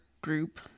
group